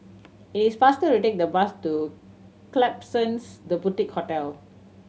it is faster to take the bus to Klapsons The Boutique Hotel